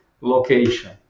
location